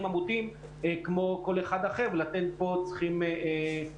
עמודים כמו כל אחד אחר ולכן פה צריך להתייחס.